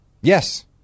yes